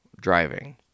driving